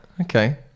Okay